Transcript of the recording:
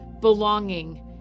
belonging